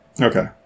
Okay